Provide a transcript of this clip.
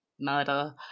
murder